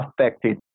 affected